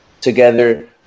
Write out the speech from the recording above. together